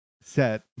Set